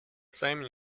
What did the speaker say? same